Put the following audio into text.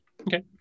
Okay